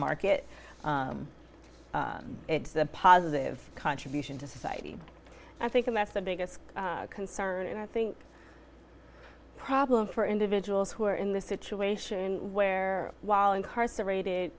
market it's a positive contribution to society i think that's the biggest concern and i think problem for individuals who are in the situation where while incarcerated